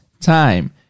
time